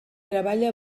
treballa